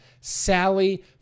Sally